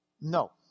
No